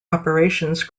operations